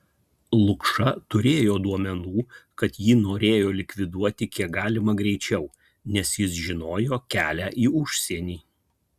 lukša turėjo duomenų kad jį norėjo likviduoti kiek galima greičiau nes jis žinojo kelią į užsienį